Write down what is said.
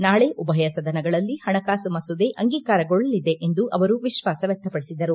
ನಾಳೆ ಉಭಯ ಸದನಗಳಲ್ಲಿ ಹಣಕಾಸು ಮಸೂದೆ ಅಂಗೀಕಾರಗೊಳ್ಳಲಿದೆ ಎಂದು ಅವರು ವಿಶ್ವಾಸ ವ್ಯಕ್ತಪಡಿಸಿದರು